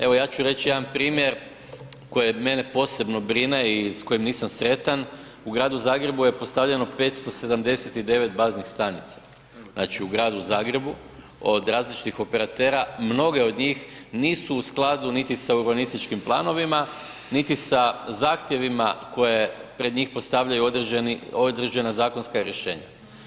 Evo ja ću reći jedan primjer koji mene posebno brine i s kojim nisam sretan, u gradu Zagrebu je postavljeno 579 baznih stanica, znači u gradu Zagrebu od različitih operatera, mnoge od njih nisu u skladu niti sa urbanističkim planovima, niti sa zahtjevima koje pred njih postavljaju određena zakonska rješenja.